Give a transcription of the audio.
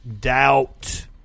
Doubt